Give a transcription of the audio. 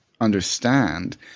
understand